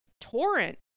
torrent